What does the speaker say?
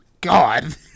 God